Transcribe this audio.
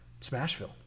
Smashville